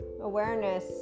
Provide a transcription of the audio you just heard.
awareness